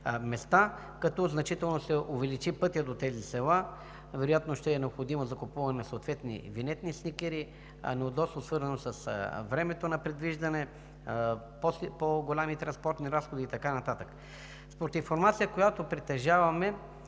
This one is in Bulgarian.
като значително се увеличи пътят до тези села, вероятно ще е необходимо закупуването на съответни винетни стикери, неудобство, свързано с времето на придвижване, по-големи транспортни разходи и така нататък. Според информация, която притежаваме,